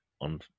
on